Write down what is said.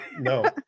no